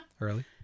Early